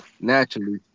naturally